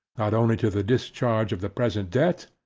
not only to the discharge of the present debt,